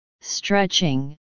stretching